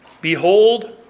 behold